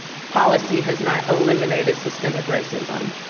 policy has not eliminated systemic racism.